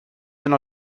yno